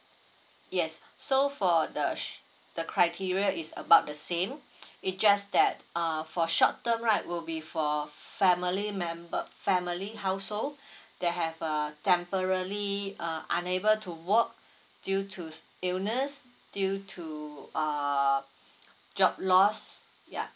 yes so for the s~ the criteria is about the same it just that uh for short term right will be for family membe~ family household that have uh temporary uh unable to work due to illness due to uh job loss ya